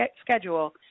schedule